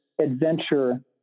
adventure